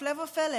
הפלא ופלא,